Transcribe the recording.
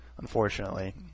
unfortunately